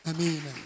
Amen